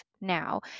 now